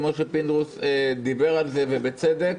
כמו שפינדרוס דיבר על זה ובצדק,